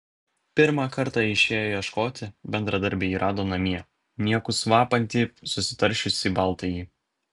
pirmą kartą išėję ieškoti bendradarbiai jį rado namie niekus vapantį susitaršiusį baltąjį